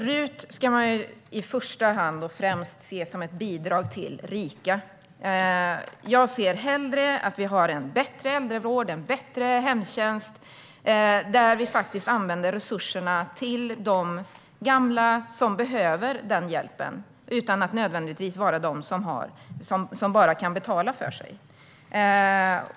Herr talman! RUT ska främst ses som ett bidrag till rika. Jag ser hellre att det finns en bättre äldrevård och en bättre hemtjänst där resurserna används till de gamla som behöver den hjälpen utan att nödvändigtvis vara de som kan betala för sig.